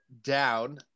down